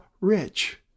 rich